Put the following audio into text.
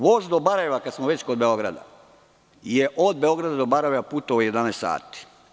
Voz do Barajeva, kada smo već kod Beograda, je od Beograda do Barajeva putovao 11 sati.